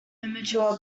immature